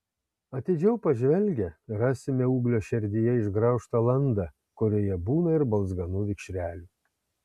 atidžiau pažvelgę rasime ūglio šerdyje išgraužtą landą kurioje būna ir balzganų vikšrelių